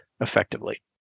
effectively